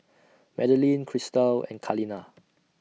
Madaline Christal and Kaleena